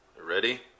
ready